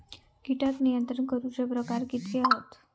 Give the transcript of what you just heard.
कीटक नियंत्रण करूचे प्रकार कितके हत?